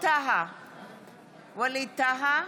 ווליד טאהא,